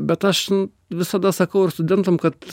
bet aš visada sakau ir studentam kad